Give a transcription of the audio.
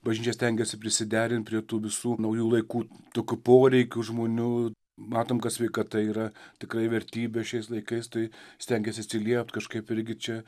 bažnyčia stengiasi prisiderint prie tų visų naujų laikų tokių poreikių žmonių matom kad sveikata yra tikrai vertybė šiais laikais tai stengiasi atsiliept kažkaip irgi čia